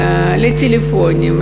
לטלפונים,